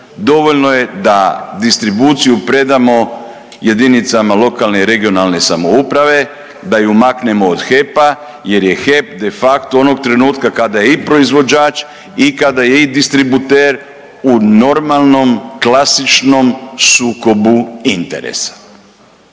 Dovoljno je da distribuciju predamo jedinicama lokalne i regionalne samouprave, da je maknemo do HEP-a jer je HEP de facto onog trenutka kada je i proizvođač i kada je i distributer u normalnom klasičnom sukobu interesa.